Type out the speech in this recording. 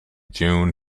june